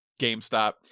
GameStop